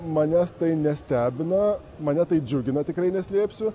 manęs tai nestebina mane tai džiugina tikrai neslėpsiu